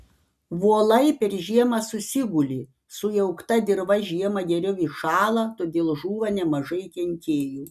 volai per žiemą susiguli sujaukta dirva žiemą geriau įšąla todėl žūva nemažai kenkėjų